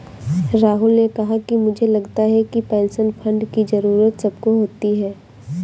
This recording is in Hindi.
राहुल ने कहा कि मुझे लगता है कि पेंशन फण्ड की जरूरत सबको होती है